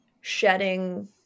shedding